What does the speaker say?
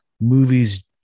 movies